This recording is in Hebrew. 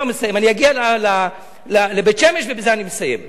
אני אגיע לבית-שמש ובזה אני מסיים.